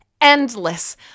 endless